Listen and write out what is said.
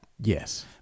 yes